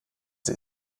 sie